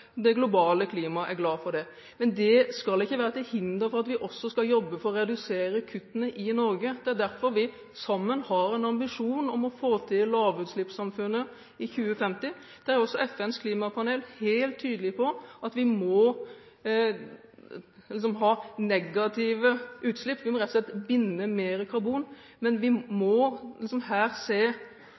det globale klimaet er glad for det. Men det skal ikke være til hinder for at vi også skal jobbe for å redusere kuttene i Norge. Det er derfor vi sammen har en ambisjon om å få til lavutslippssamfunnet i 2050. Også FNs klimapanel er helt tydelig på at vi må ha negative utslipp, vi må rett og slett binde mer karbon. Men vi må